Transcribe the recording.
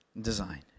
design